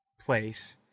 place